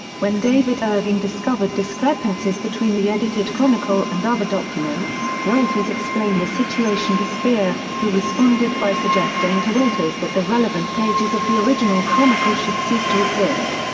when david irving discovered discrepancies between the edited chronicle and other documents, wolters explained the situation to speer, who responded by suggesting to wolters that the relevant pages of the original chronicle should cease to exist.